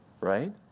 right